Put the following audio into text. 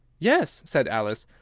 yes, said alice,